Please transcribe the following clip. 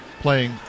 playing